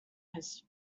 his